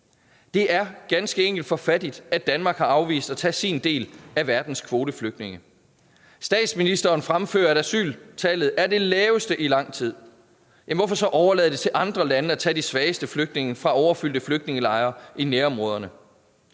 Det er ganske enkelt for fattigt, at Danmark har afvist at tage sin del af verdens kvoteflygtninge. Statsministeren fremfører, at asyltallet er det laveste i lang tid. Hvorfor så overlade til andre lande at tage de svageste flygtninge fra overfyldte flygtningelejre i nærområderne?